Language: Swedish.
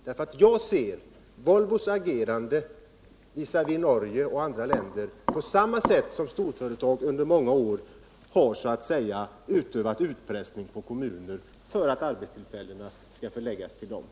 Volvo agerar visavi Norge och andra länder, enligt mitt sätt att se, på samma sätt som stora företag under många år har handlat gentemot kommunerna, dvs. man har utövat utpressning på dem genom att erbjuda arbetstillfällen.